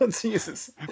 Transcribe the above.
Jesus